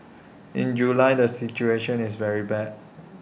in July the situation is very bad